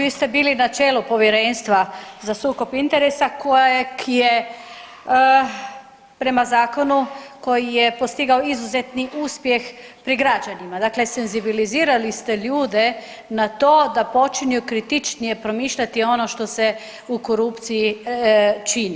Vi ste bili na čelu Povjerenstva za sukob interesa kojeg je prema zakonu koji je postigao izuzetni uspjeh pri građanima, dakle senzibilizirali ste ljude na to da počinju kritičnije promišljati ono što se u korupciji čini.